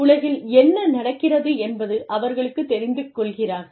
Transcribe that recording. உலகில் என்ன நடக்கிறது என்பது அவர்களுக்குத் தெரிந்து கொள்கிறார்கள்